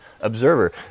observer